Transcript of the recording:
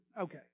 Okay